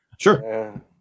Sure